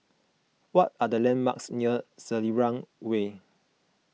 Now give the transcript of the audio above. what are the landmarks near Selarang Way